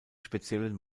speziellen